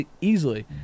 Easily